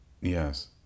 Yes